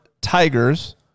tigers